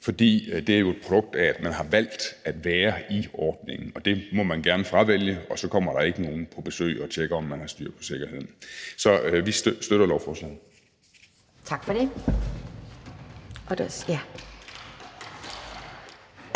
for det er jo en konsekvens af, at man har valgt at være i ordningen. Det må man gerne fravælge, og så kommer der ikke nogen på besøg og tjekker, om man har styr på sikkerheden. Så vi støtter lovforslaget. Kl.